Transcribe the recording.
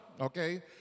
okay